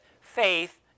faith